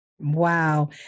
Wow